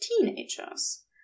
teenagers